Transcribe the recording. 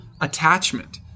attachment